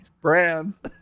brands